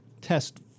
test